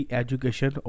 education